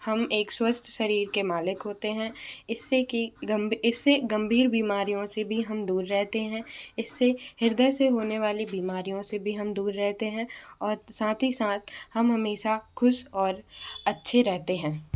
हम एक स्वस्थ शरीर के मालिक होते हैं इससे कि गंभी इससे गंभीर बीमारियों से भी हम दूर रहते हैं इससे हृदय से होने वाली बीमारियों से भी हम दूर रहते हैं और साथ ही साथ हम हमेशा खुश और अच्छे रहते हैं